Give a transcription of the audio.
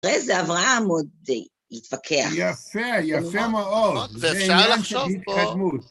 אחרי זה אברהם עוד יתפקח. יפה, יפה מאוד. זה אפשר לחשוב פה.